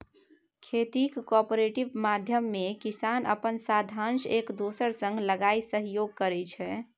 खेतीक कॉपरेटिव माध्यमे किसान अपन साधंश एक दोसरा संग लगाए सहयोग करै छै